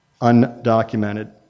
undocumented